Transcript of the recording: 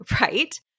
right